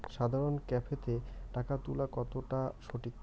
সাধারণ ক্যাফেতে টাকা তুলা কতটা সঠিক?